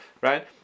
right